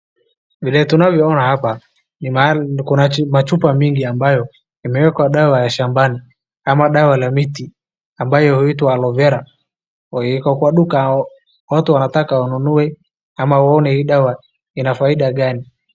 vile tunavyo ona hapa kuna machupa mingi ambayo imwekwa ndawa ya shambani ama dawa la miti ambayo huitwa Aloevela .Iko kwa duka watu wanataka wanunue ama waone hii dawa inafaida gani.